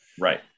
Right